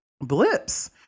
blips